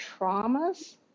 traumas